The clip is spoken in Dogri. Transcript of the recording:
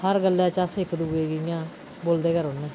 हर गल्लै च अस इक दूए गी इ'यां बोलदे गै रौह्ने